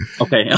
okay